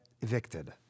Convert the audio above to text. evicted